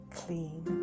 clean